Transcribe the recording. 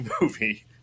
movie